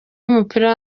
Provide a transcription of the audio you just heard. w’umupira